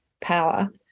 power